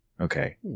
Okay